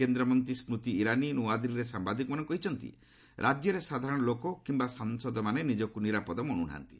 କେନ୍ଦ୍ର ମନ୍ତ୍ରୀ ସ୍ବତିଇରାନୀ ନୂଆଦିଲ୍ଲୀରେ ସାମ୍ଭାଦିକମାନଙ୍କୁ କହିଛନ୍ତି ଯେ ରାଜ୍ୟରେ ସାଧାରଣ ଲୋକ କିମ୍ବା ସାଂସଦମାନେ ନିଜକୁ ନିରାପଦ ମଣୁନାହାନ୍ତି